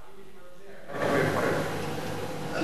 כממזר, לא כבן חורג.